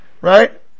Right